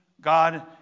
God